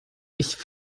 ich